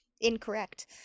incorrect